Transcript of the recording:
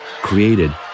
created